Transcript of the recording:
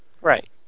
Right